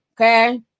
okay